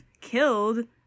killed